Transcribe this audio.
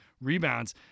rebounds